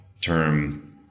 term